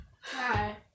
Hi